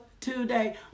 today